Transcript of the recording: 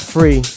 Free